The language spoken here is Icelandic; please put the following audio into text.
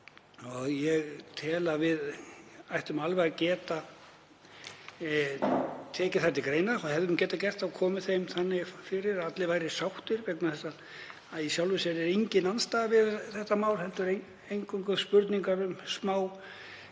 og ég tel að við ættum alveg að geta tekið þær til greina. Við hefðum getað gert það og komið þeim þannig fyrir að allir væru sáttir vegna þess að í sjálfu sér er engin andstaða við þetta mál heldur eingöngu spurningar um